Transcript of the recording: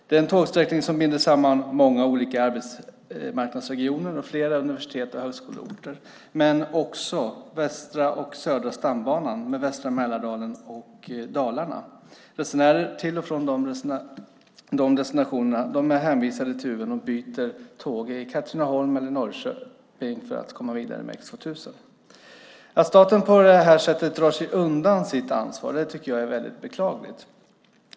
Det är en tågsträckning som binder samman många olika arbetsmarknadsregioner och flera universitets och högskoleorter men också Västra och Södra stambanan med västra Mälardalen och Dalarna. Resenärer till och från de destinationerna är hänvisade till Uven och byter tåg i Katrineholm eller Norrköping för att komma vidare med X 2000. Att staten på det här sättet drar sig undan sitt ansvar tycker jag är väldigt beklagligt.